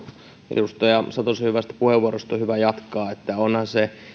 edustaja satosen hyvästä puheenvuorosta on hyvä jatkaa onhan se